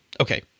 Okay